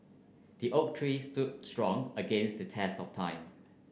the oak tree stood strong against the test of time